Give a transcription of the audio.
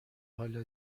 حالا